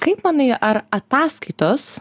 kaip manai ar ataskaitos